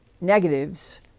negatives